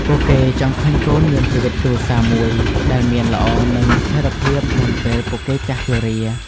ពួកគេចង់ឃើញកូនមានជីវិតគ្រួសារមួយដែលមានល្អនឹងស្ថិរភាពមុនពេលពួកគេចាស់ជរា ។